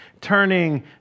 turning